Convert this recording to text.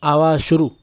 अवाज़ु शुरू